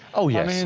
oh yes, i mean